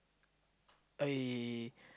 I